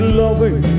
loving